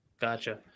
gotcha